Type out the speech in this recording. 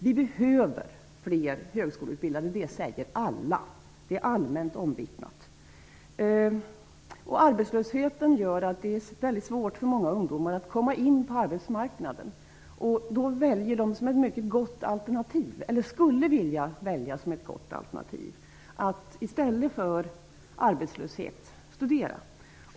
Vi behöver fler högskoleutbildade. Det säger alla. Det är alltså allmänt omvittnat. Arbetslösheten gör ju att det är väldigt svårt för många ungdomar att komma in på arbetsmarknaden. Därför skulle de, och det är ett gott alternativ, vilja välja studier i stället för arbetslöshet.